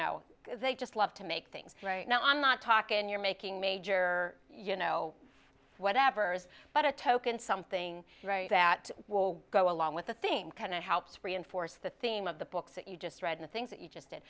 know they just love to make things right now i'm not talking you're making major you know whatever's but a token something that will go along with the thing kind of helps reinforce the theme of the books that you just read and things that you just